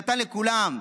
נתן לכולם.